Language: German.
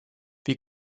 wie